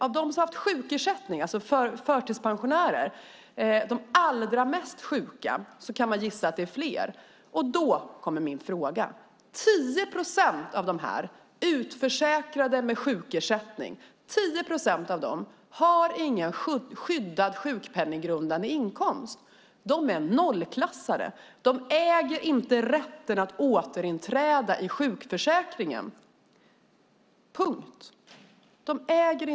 Av dem som har haft sjukersättningar, alltså förtidspensionärer, de allra mest sjuka, kan man gissa att det är fler. Då kommer min fråga. 10 procent av de här utförsäkrade med sjukersättning har ingen skyddad sjukpenninggrundande inkomst. De är nollklassade. De äger inte rätten att återinträda i sjukförsäkringen, punkt.